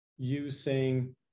using